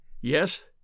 Yes